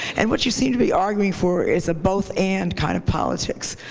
and what you seem to be arguing for is a both and kind of politics,